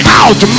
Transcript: out